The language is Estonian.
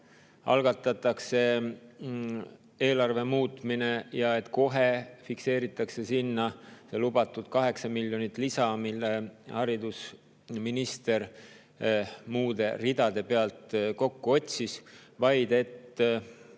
algatatakse eelarve muutmine ja kohe fikseeritakse sinna see lubatud 8 miljonit lisa, mille haridusminister muude ridade pealt kokku otsis, vaid